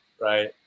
right